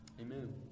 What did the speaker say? amen